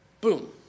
boom